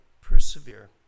persevere